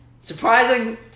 Surprising